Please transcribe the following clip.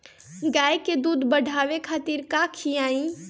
गाय के दूध बढ़ावे खातिर का खियायिं?